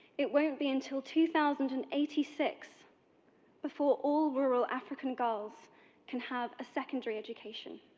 it won't be until two thousand and eighty six before all rural african girls can have a secondary education.